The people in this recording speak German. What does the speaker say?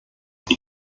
wir